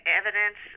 evidence